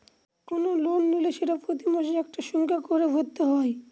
কোনো লোন নিলে সেটা প্রতি মাসে একটা সংখ্যা করে ভরতে হয়